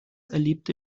erlebte